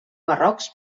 barrocs